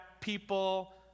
people